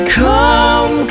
come